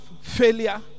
failure